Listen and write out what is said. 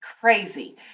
crazy